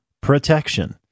protection